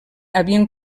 havien